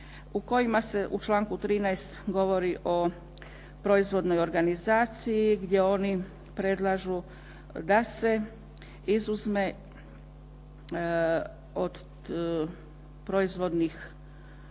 u kojima se u članku 13. govori o proizvodnoj organizaciji gdje oni predlažu da se izuzme od proizvodnih,